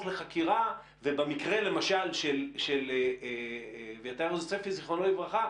לחקירה ובמקרה למשל של אביתר יוספי זיכרונו לברכה,